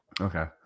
Okay